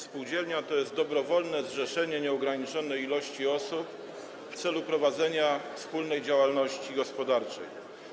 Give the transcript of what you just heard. Spółdzielnia to jest dobrowolne zrzeszenie nieograniczonej ilości osób w celu prowadzenia wspólnej działalności gospodarczej.